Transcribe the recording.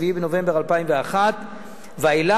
7 בנובמבר 2001 ואילך,